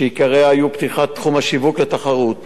שעיקריה היו פתיחת תחום השיווק לתחרות